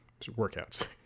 workouts